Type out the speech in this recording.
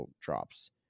drops